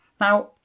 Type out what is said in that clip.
Now